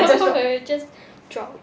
will just drop